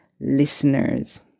listeners